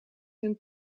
hun